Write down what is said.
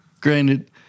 Granted